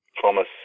Thomas